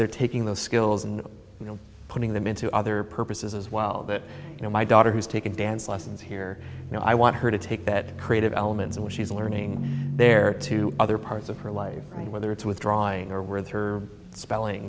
they're taking those skills and putting them into other purposes as well that you know my daughter who's taken dance lessons here you know i want her to take that creative elements and she's learning there to other parts of her life whether it's with drawing or with her spelling